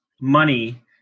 money